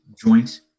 joint